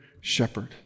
shepherd